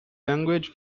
language